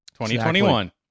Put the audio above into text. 2021